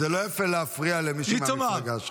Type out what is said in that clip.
זה לא יפה להפריע למי שהוא מהמפלגה שלך.